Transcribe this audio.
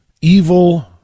evil